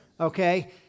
okay